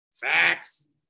Facts